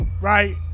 right